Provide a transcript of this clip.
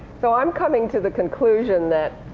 so i'm coming to the conclusion that